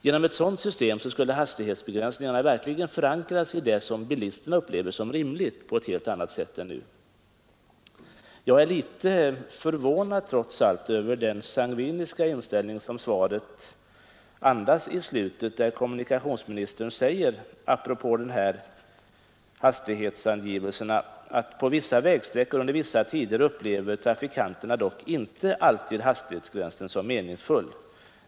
Genom ett sådant system skulle hastighetsbegränsningarna verkligen förankras i det som bilisten upplever som rimligt på ett helt annat sätt än nu. Jag är litet förvånad, trots allt, över den sangviniska inställning som svaret andas i slutet där kommunikationsministern säger apropå hastighetsangivelserna att på vissa vägsträckor och under vissa tider upplever trafikanterna inte alltid hastighetsgränsen som meningsfull.